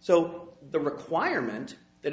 so the requirement that